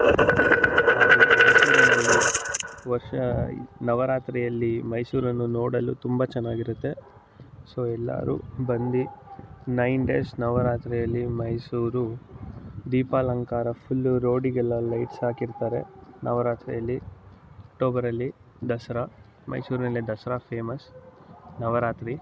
ವರ್ಷ ನವರಾತ್ರಿಯಲ್ಲಿ ಮೈಸೂರನ್ನು ನೋಡಲು ತುಂಬ ಚೆನ್ನಾಗಿರುತ್ತೆ ಸೊ ಎಲ್ಲರೂ ಬಂದು ನೈನ್ ಡೇಸ್ ನವರಾತ್ರಿಯಲ್ಲಿ ಮೈಸೂರು ದೀಪಾಲಂಕಾರ ಫುಲ್ಲು ರೋಡಿಗೆಲ್ಲ ಲೈಟ್ಸ್ ಹಾಕಿರ್ತಾರೆ ನವರಾತ್ರಿಯಲ್ಲಿ ಅಕ್ಟೋಬರಲ್ಲಿ ದಸರಾ ಮೈಸೂರಿನಲ್ಲಿ ದಸರಾ ಫೇಮಸ್ ನವರಾತ್ರಿ